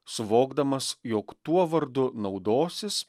suvokdamas jog tuo vardu naudosis